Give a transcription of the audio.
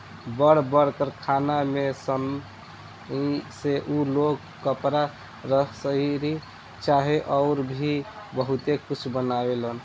बड़ बड़ कारखाना में सनइ से उ लोग कपड़ा, रसरी चाहे अउर भी बहुते कुछ बनावेलन